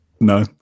No